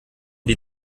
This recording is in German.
die